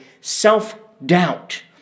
self-doubt